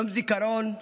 יום זיכרון לחברים,